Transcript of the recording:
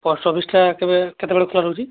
post ଅଫିସଟା କେବେ କେତେବେଳେ ଖୋଲା ରହୁଛି